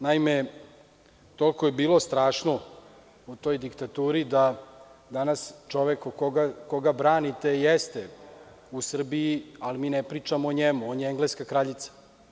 Naime, toliko je bilo strašno u toj diktaturi da danas čovek koga branite jeste u Srbiji, ali mi ne pričamo o njemu, on je engleska kraljica.